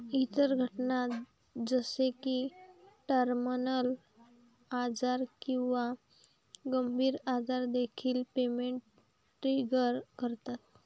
इतर घटना जसे की टर्मिनल आजार किंवा गंभीर आजार देखील पेमेंट ट्रिगर करतात